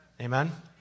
Amen